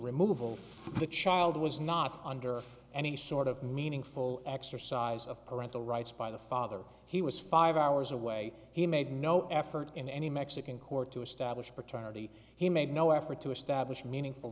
removal the child was not under any sort of meaningful exercise of parental rights by the father he was five hours away he made no effort in any mexican court to establish paternity he made no effort to establish meaningful